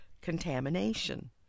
contamination